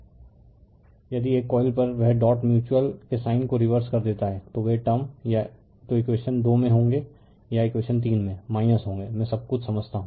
refer slide time 3035 यदि एक coil पर वह डॉट म्यूच्यूअल के साइन को रिवर्स कर देता है तो वे टर्म या तो इकवेशन 2 में होंगे या इकवेशन 3 में होंगे मैं सब कुछ समझाता हूँ